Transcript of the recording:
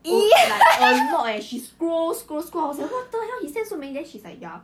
like a lot leh she scroll scroll scroll I was like what the !walao! he send so many and she's like ya